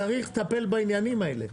צריך לטפל בעניינים האלה.